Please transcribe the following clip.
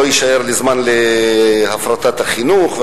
לא יישאר לי זמן להפרטת החינוך,